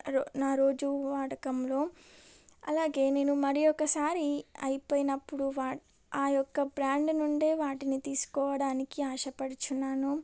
నా రోజు వాడకంలో అలాగే నేను మరి ఒక్కసారి అయిపోయినప్పుడు ఆయొక్క బ్రాండ్ నుండే వాటిని తీసుకోవడానికి ఆశపడుచున్నాను